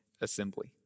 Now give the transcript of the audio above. assembly